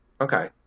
Okay